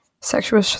sexual